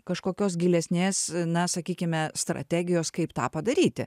kažkokios gilesnės na sakykime strategijos kaip tą padaryti